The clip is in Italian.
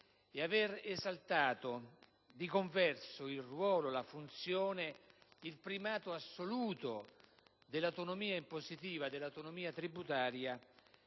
e aver esaltato, di converso, il ruolo, la funzione e il primato assoluto dell'autonomia impositiva e tributaria